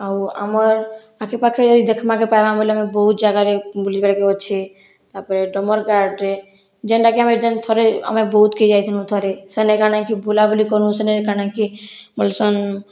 ଆଉ ଆମର ଆଖେ ପାଖରେ ଦେଖିମାକେ ପାଇବା ବଲେ ଆମେ ବହୁତ ଜାଗାରେ ବୁଲିବାକେ ଅଛେ ତାପରେ ଡମରଗାର୍ଡ଼ରେ ଯେନ୍ ଟାକି ଆମେ ଯେନ୍ ଥରେ ଆମେ ବହୁତକେ ଯାଇଥିନୁ ଥରେ ସେନେ କାଣାକି ବୁଲା ବୁଲି କଲୁ ସେନେ କାଣାକି ବୋଲସନ୍